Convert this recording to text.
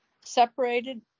separated